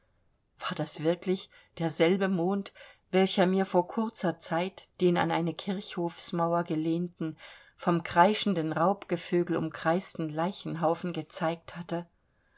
war das wirklich derselbe mond welcher mir vor kurzer zeit den an eine kirchhofsmauer gelehnten vom kreischendem raubgevögel umkreisten leichenhaufen gezeigt hatte